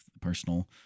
personal